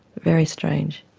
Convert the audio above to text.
very strange.